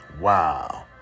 Wow